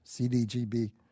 CDGB